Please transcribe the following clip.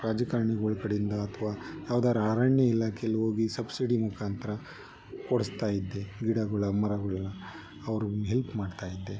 ರಾಜಕಾರ್ಣಿಗಳ ಕಡೆಯಿಂದ ಅಥ್ವಾ ಯಾವ್ದಾರ ಅರಣ್ಯ ಇಲಾಖೇಲಿ ಹೋಗಿ ಸಬ್ಸಿಡಿ ಮುಖಾಂತ್ರ ಕೊಡಿಸ್ತಾಯಿದ್ದೆ ಗಿಡಗಳ ಮರಗಳನ್ನ ಅವ್ರಿಗೆ ಹೆಲ್ಪ್ ಮಾಡ್ತಾಯಿದ್ದೆ